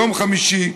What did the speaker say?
יום חמישי,